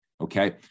Okay